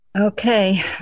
okay